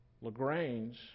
LaGrange